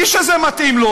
מי שזה מתאים לו,